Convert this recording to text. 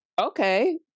okay